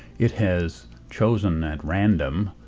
it has chosen, at random,